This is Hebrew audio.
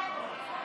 הצעת חוק הכנסת (תיקון מס' 51) (תשלומים עבור עובדי הסיעות),